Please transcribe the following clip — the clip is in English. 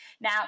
Now